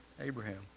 Abraham